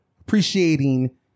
appreciating